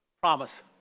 Promise